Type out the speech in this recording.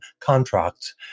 contracts